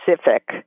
specific